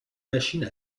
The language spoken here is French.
machine